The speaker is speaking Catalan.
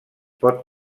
pot